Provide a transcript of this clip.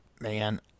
man